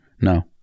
No